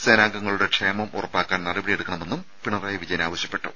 സേനാംഗങ്ങളുടെ ക്ഷേമം ഉറപ്പാക്കാൻ നടപടിയെടുക്കണമെന്നും പിണറായി വിജയൻ ആവശ്യപ്പെട്ടു